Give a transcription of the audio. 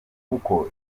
kuko